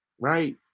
right